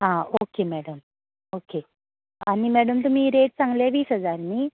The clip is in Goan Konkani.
आं ओके मॅडम ओके आनी मॅडम तुमी रेट सांगले वीस हजार नी